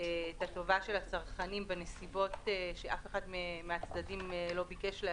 הטובה של הצרכנים בנסיבות שאף אחד מהצדדים לא ביקש לעצמו.